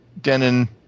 Denon